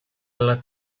alla